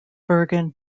bergen